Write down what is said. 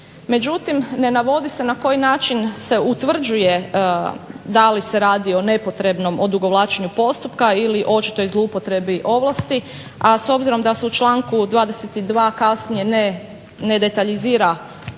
Međutim, ne navodi se na koji način se utvrđuje da li se radi o nepotrebnom odugovlačenju postupka ili očitoj zloupotrebi ovlasti, a s obzirom da su u članku 22. kasnije ne detaljizira na